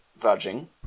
verging